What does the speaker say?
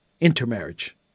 intermarriage